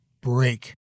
break